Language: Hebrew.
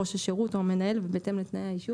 ראש השירות או המנהל ובהתאם לתנאי האישור..."